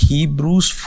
Hebrews